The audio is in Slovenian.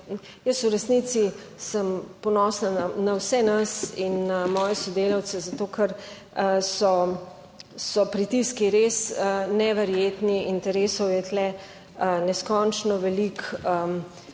jaz v resnici sem ponosna na vse nas in na moje sodelavce, zato ker so pritiski res neverjetni, interesov je tu neskončno veliko.